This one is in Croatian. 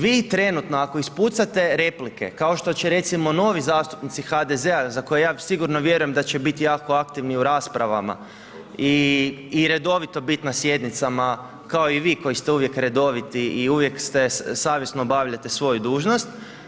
Vi trenutno ako ispucate replike kao što će recimo novi zastupnici HDZ-a za koje ja sigurno vjerujem da će biti jako aktivni u raspravama i redovito biti na sjednicama kao i vi koji ste uvijek redoviti i uvijek savjesno obavljate svoju dužnost.